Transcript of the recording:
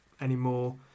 anymore